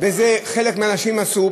ואת זה חלק מהנשים עשו.